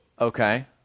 okay